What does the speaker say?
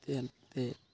ᱛᱮᱫ ᱛᱮ